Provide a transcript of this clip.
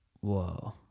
Whoa